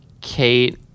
Kate